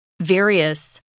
Various